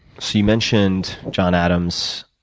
so you mentioned john adams.